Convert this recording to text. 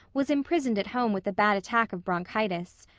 was imprisoned at home with a bad attack of bronchitis.